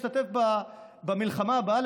ישתתפו במלחמה הבאה,